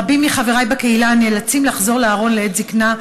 רבים מחבריי בקהילה נאלצים לחזור לארון לעת זקנה,